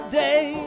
day